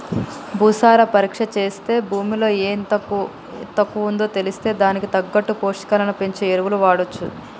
భూసార పరీక్ష చేస్తే భూమిలో ఎం తక్కువుందో తెలిస్తే దానికి తగ్గట్టు పోషకాలను పెంచే ఎరువులు వాడొచ్చు